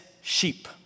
sheep